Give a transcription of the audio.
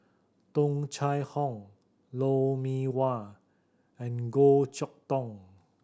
Tung Chye Hong Lou Mee Wah and Goh Chok Tong